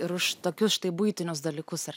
ir už tokius štai buitinius dalykus ar